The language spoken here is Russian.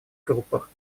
группах